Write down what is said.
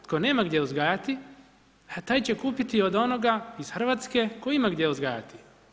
Tko nema gdje uzgajati, taj će kupiti od onoga iz Hrvatske koji ima gdje uzgajati.